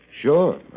Sure